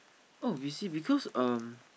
oh you see because um